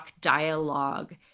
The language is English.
dialogue